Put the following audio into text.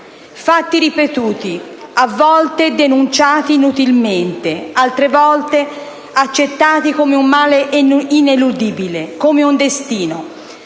fatti ripetuti, a volte denunciati inutilmente, altre volte accettati come un male ineludibile, come un destino,